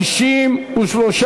התשע"ה 2015, נתקבלה.